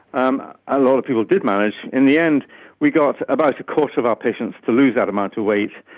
um a lot of people did manage. in the end we got about a quarter of our patients to lose that amount of weight.